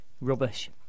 rubbish